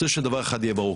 אני רוצה שדבר אחד יהיה ברור,